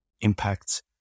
impacts